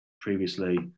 previously